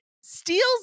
steals